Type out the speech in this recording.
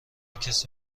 کسی